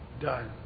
done